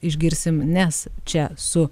išgirsim nes čia su